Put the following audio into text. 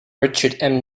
richard